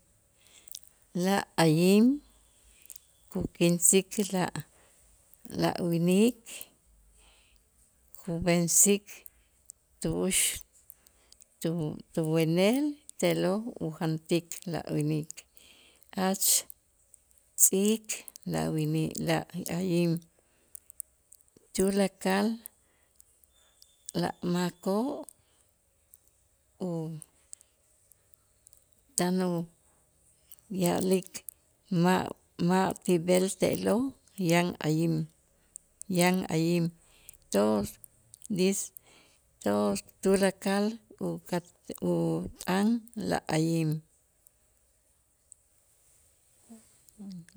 La'ayim kukinsik la'- la'winik kub'ensik tu'ux tu- tu wenel te'lo' ujantik la'winik jach tz'iik la'winik la'ayim tulakal la'makoo' u- tanu ya'lik ma'- ma' ti b'el te'lo' yan ayim yan ayim todos dis- todos tulakal uk'at- ut'an la'ayim